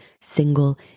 single